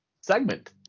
segment